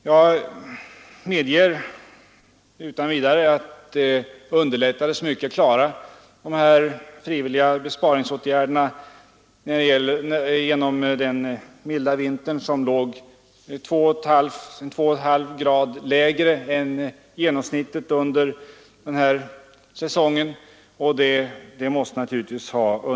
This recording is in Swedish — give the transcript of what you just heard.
Jag medger utan vidare att de frivilliga besparingsåtgärderna underlättades väsentligt genom den milda vintern med temperaturer som låg 2,5 grader högre än det vanliga genomsnittet under den här säsongen.